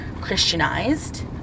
Christianized